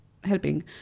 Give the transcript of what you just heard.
Helping